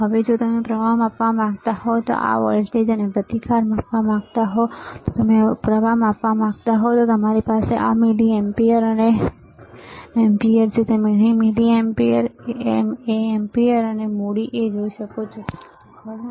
હવે જો તમે પ્રવાહ માપવા માંગતા હો તો આ વોલ્ટેજ અને પ્રતિકાર માપવા માંગો છો જો તમે વર્તમાન માપવા માંગતા હો તો અમારી પાસે આ મિલિઅમ્પીયર અને એમ્પીયર છે તમે અહીં મિલિઅમ્પીયર mA એમ્પીયર અને મૂડી A જોઈ શકો છો ખરું ને